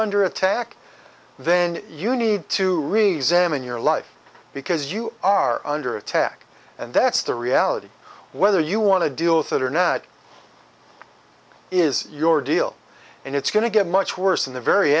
under attack then you need to reexamine your life because you are under attack and that's the reality whether you want to deal with it or not is your deal and it's going to get much worse in the very